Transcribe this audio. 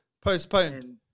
postponed